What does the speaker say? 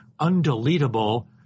undeletable